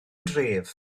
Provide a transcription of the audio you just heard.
dref